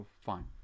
Fine